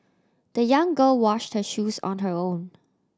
the young girl washed her shoes on her own